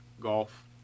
golf